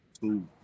two